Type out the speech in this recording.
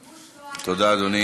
תודה, אדוני.